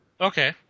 Okay